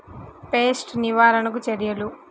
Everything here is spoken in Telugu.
పెస్ట్ నివారణకు చర్యలు?